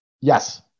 Yes